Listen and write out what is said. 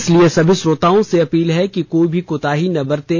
इसलिए सभी श्रोताओं से अपील है कि कोई भी कोताही ना बरतें